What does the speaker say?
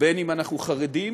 בין שאנחנו חרדים